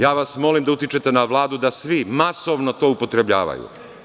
Ja vas molim da utičete na Vladu da svi masovno to upotrebljavaju.